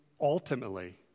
ultimately